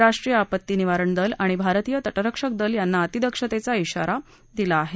उाष्ट्रीय आपत्ती निवारण दल आणि भारतीय तटरक्षक दल यांना अतिदक्षतत्ती आारा दिला आह